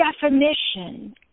definition